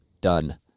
done